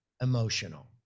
emotional